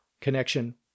connection